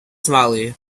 smaller